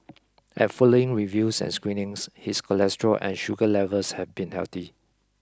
at following reviews and screenings his cholesterol and sugar levels have been healthy